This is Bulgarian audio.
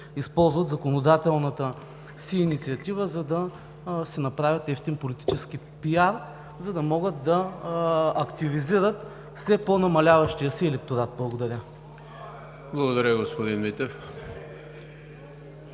използват законодателната си инициатива, за да си направят евтин политически пиар, за да могат да активизират все по-намаляващия си електорат. Благодаря. ПРЕДСЕДАТЕЛ ЕМИЛ